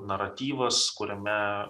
naratyvas kuriame